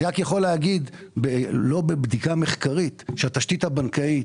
אני רק יכול להגיד לא בבדיקה מחקרית שהתשתית הבנקאית